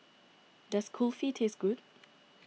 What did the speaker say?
does Kulfi taste good